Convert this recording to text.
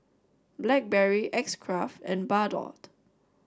Blackberry X Craft and Bardot